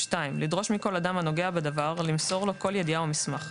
(2)לדרוש מכל אדם הנוגע בדבר למסור לו כל ידיעה או מסמך,